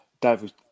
David